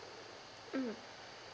mm